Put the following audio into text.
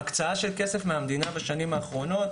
לגבי הקצאה של כסף מהמדינה בשנים האחרונות